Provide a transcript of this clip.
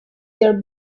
their